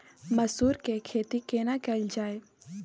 मसूर के खेती केना कैल जाय?